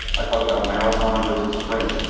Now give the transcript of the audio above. i talk about marathon versus sprint.